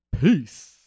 Peace